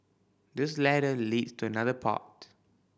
this ladder leads to another part